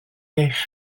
eich